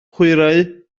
hwyrhau